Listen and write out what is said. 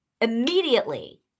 immediately